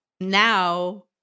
now